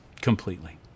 completely